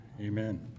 amen